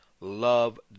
Love